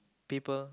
people